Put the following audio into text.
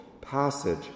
passage